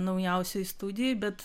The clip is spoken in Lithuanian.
naujausioj studijoj bet